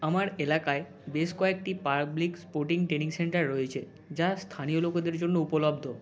আমার এলাকায় বেশ কয়েকটি পাবলিক স্পোর্টিং ট্রেনিং সেন্টার রয়েছে যা স্থানীয় লোকেদের জন্য উপলব্ধ